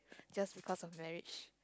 just because of marriage